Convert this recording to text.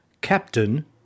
Captain